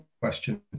question